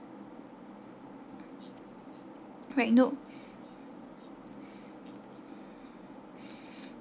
right no